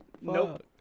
Nope